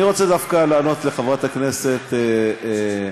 אני רוצה דווקא לענות לחברת הכנסת יעל.